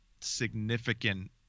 significant